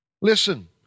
Listen